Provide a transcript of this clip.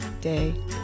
day